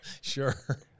Sure